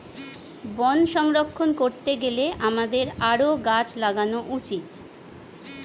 বন সংরক্ষণ করতে গেলে আমাদের আরও গাছ লাগানো উচিত